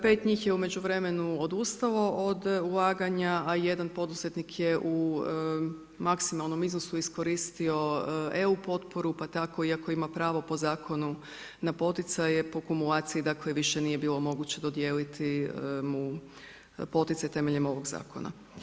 5 njih je u međuvremenu odustalo od ulaganja, a jedan poduzetnik je u maksimalnom iznosu iskoristio EU potporu, pa tako iako ima pravo po zakonu na poticanje po kumulaciji, dakle više nije bilo moguće dodijeliti mu poticaj temeljem ovog zakona.